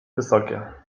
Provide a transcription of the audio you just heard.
wysokie